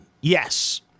Yes